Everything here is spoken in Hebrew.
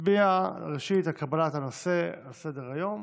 נצביע ראשית על קבלת הנושא על סדר-היום.